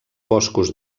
boscos